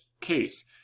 case